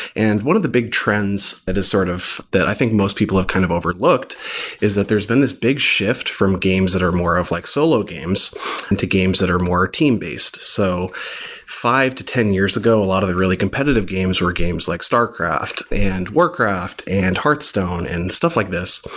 and one of the big trends that sort of i think most people have kind of overlooked is that there's been this big shift from games that are more of like solo games and to games that are more team-based. so five to ten years ago, a lot of the really competitive games were games like starcraft, and warcraft, and hearthstone and stuff like this,